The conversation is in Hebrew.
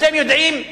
אתם יודעים,